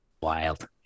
Wild